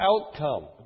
outcome